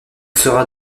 sera